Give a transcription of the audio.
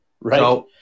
Right